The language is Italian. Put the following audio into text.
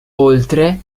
oltre